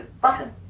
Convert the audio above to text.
Button